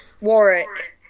Warwick